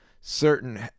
certain